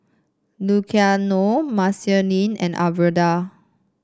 Luciano Marceline and Alverda